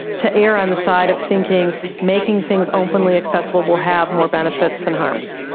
to err on the side of thinking making things openly accessible will have more benefits than harms.